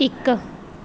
ਇੱਕ